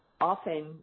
often